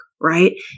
right